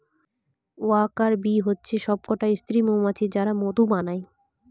worker bee হচ্ছে সবকটা স্ত্রী মৌমাছি যারা মধু বানায়